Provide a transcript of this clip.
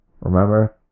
Remember